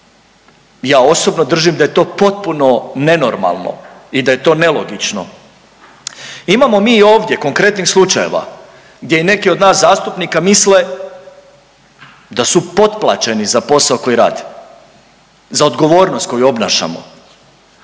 Ja osobno držim da je to potpuno nenormalno i da je to nelogično. Imamo mi i ovdje konkretnih slučajeva gdje i neki od nas zastupnika misle da su potplaćeni za posao koji rade, za odgovornost koju obnašamo.